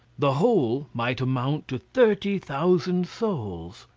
the whole might amount to thirty thousand souls.